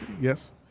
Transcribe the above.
yes